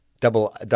double